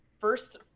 first